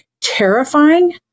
terrifying